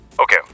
Okay